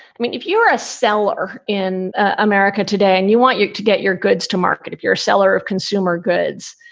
i mean, if you're a seller in america today and you want to get your goods to market, if you're a seller of consumer goods,